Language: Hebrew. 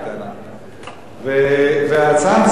והצנזור לא ויתר על כל דבר,